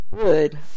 good